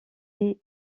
est